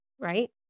right